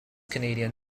canadian